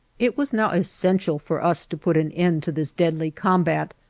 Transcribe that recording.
it was now essential for us to put an end to this deadly combat,